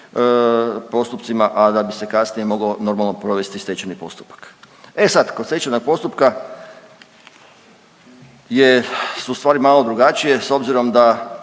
postupcima, a da bi se kasnije mogao normalno provesti stečajni postupak. E sad, kod stečajnog postupka je su stvari malo drugačije s obzirom da